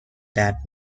درد